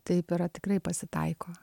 taip yra tikrai pasitaiko